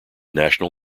national